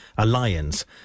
alliance